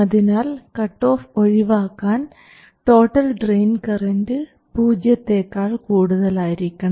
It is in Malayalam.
അതിനാൽ കട്ടോഫ് ഒഴിവാക്കാൻ ടോട്ടൽ ഡ്രയിൻ കറൻറ് പൂജ്യത്തെക്കാൾ കൂടുതലായിരിക്കണം